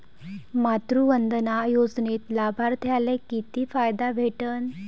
मातृवंदना योजनेत लाभार्थ्याले किती फायदा भेटन?